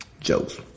Jokes